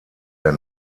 der